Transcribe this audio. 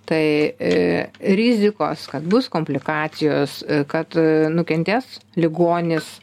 tai rizikos kad bus komplikacijos kad nukentės ligonis